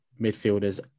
midfielders